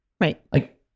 Right